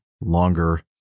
longer